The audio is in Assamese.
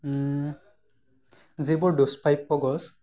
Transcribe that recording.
যিবোৰ দুস্প্ৰাপ্য গছ